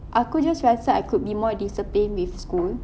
aku just rasa I could be more disciplined with school